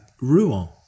Rouen